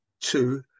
Two